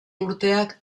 urteak